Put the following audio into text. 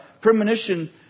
premonition